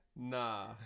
Nah